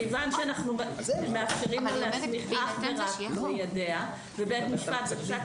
כיוון שאנחנו מאפשרים לו להסמיך אך ורק ליידע ובית המשפט ופסק